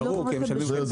אני לא תומכת בשום טענה,